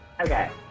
Okay